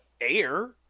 air